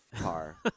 car